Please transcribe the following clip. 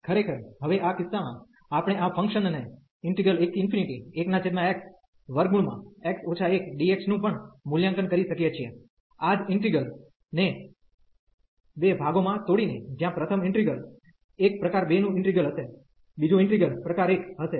ખરેખર હવે આ કિસ્સામાં આપણે આ ફંક્શન ને 11xx 1dx નું પણ મૂલ્યાંકન કરી શકીએ છીએ આ જ ઇન્ટિગ્રલ ને બે ભાગોમાં તોડીને જ્યાં પ્રથમ ઇન્ટિગ્રલ એક પ્રકાર 2 નું ઈન્ટિગ્રલ હશે બીજો ઈન્ટિગ્રલ પ્રકાર 1 હશે